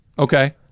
Okay